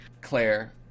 Claire